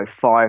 five